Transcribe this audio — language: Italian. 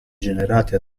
generati